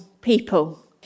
people